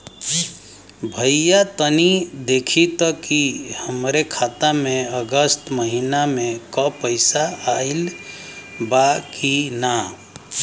भईया तनि देखती की हमरे खाता मे अगस्त महीना में क पैसा आईल बा की ना?